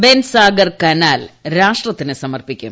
Bansagar canal രാഷ്ട്രത്തിന് സമർപ്പിക്കും